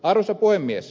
arvoisa puhemies